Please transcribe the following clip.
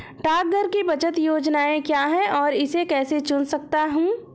डाकघर की बचत योजनाएँ क्या हैं और मैं इसे कैसे चुन सकता हूँ?